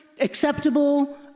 acceptable